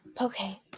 Okay